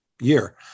year